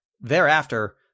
Thereafter